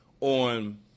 on